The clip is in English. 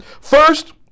First